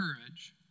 courage